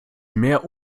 mehr